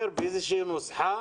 באיזושהי נוסחה